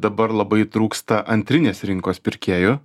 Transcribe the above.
dabar labai trūksta antrinės rinkos pirkėjų